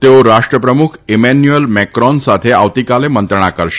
તેઓ રાષ્ટ્રપ્રમુખ Emmanuel Macron સાથે આવતીકાલે મંત્રણા કરશે